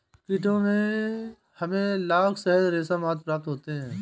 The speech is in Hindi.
कीटों से हमें लाख, शहद, रेशम आदि प्राप्त होते हैं